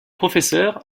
professeure